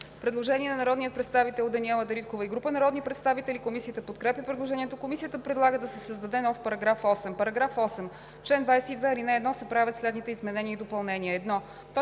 Предложение на народния представител Даниела Дариткова и група народни представители. Комисията подкрепя предложението. Комисията предлага да се създаде нов § 8: „§ 8. В чл. 22, ал. 1 се правят следните изменения и допълнения: